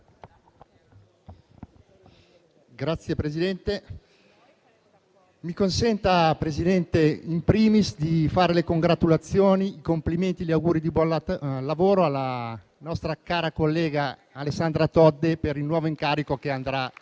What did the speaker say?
Signor Presidente, mi consenta, *in primis*, di fare le congratulazioni, i complimenti e gli auguri di buon lavoro alla nostra cara collega Alessandra Todde per il nuovo incarico che andrà a